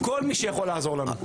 כל מי שיכול לעזור לנו.